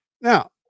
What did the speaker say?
Now